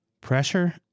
pressure